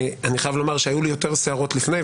אני חייב לומר שהיו לי יותר שערות לפני,